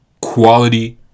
Quality